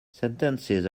sentences